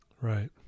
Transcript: Right